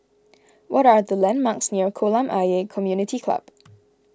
what are the landmarks near Kolam Ayer Community Club